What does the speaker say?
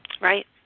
Right